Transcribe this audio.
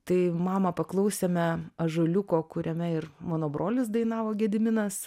tai mama paklausėme ąžuoliuko kuriame ir mano brolis dainavo gediminas